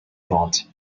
thought